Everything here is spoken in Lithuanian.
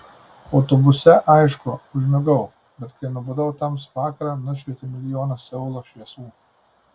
autobuse aišku užmigau bet kai nubudau tamsų vakarą nušvietė milijonas seulo šviesų